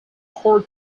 court